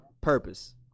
Purpose